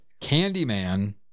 Candyman